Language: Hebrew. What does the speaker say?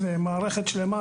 זוהי מערכת שלמה.